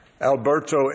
Alberto